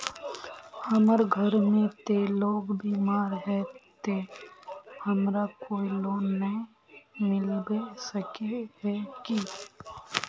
हमर घर में ते लोग बीमार है ते हमरा कोई लोन नय मिलबे सके है की?